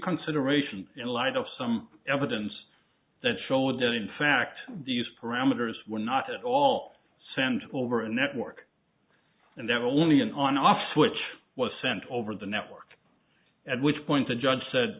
reconsideration in light of some evidence that showed that in fact these parameters were not at all send over a network and there only an on off switch was sent over the network at which point the judge said